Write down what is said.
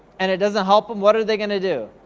and it doesn't help em, what are they gonna do?